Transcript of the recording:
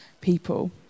people